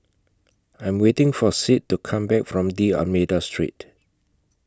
I'm waiting For Sid to Come Back from D'almeida Street